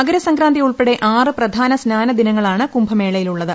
മകരസംക്രാന്തി ഉൾപ്പെടെ ആറ് പ്രധാന സ്നാനദിനങ്ങളാണ് കുംഭ മേളയിൽ ഉള്ളത്